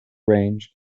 range